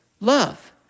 love